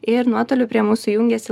ir nuotoliu prie mūsų jungėsi